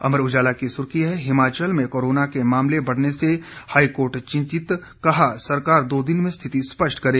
अमर उजाला की सुर्खी है हिमाचल में कोरोना के मामले बढ़ने से हाईकोर्ट चिंतित कहा सरकार दो दिन में स्थिति स्पष्ट करे